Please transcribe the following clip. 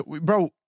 bro